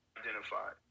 Identified